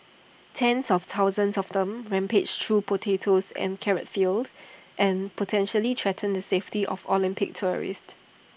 tens of thousands of them rampage through potato and carrot fields and potentially threaten the safety of Olympics tourists